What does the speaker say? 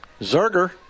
Zerger